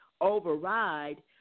override